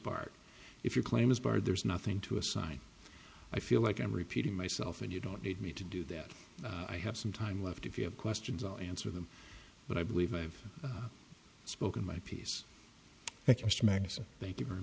part if your claim is barred there's nothing to assign i feel like i'm repeating myself and you don't need me to do that i have some time left if you have questions i'll answer them but i believe i've spoken my piece i just max thank you very